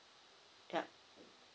yup